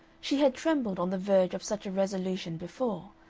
she had trembled on the verge of such a resolution before,